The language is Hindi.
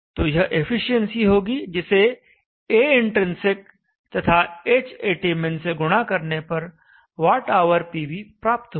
तो यह एफिशिएंसी होगी जिसे Aintrinsic तथा Hatmin से गुणा करने पर वॉटआवर पीवी प्राप्त होगा